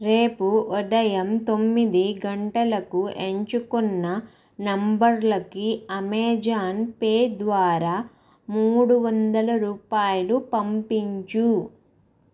రేపు ఉదయం తొమ్మిది గంటలకు ఎంచుకున్న నంబర్లకి అమెజాన్ పే ద్వారా మూడు వందల రూపాయలు పంపించు